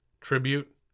tribute